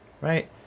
right